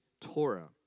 Torah